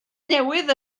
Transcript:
newydd